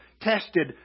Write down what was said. tested